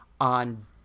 on